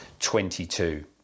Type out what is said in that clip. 22